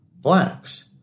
blacks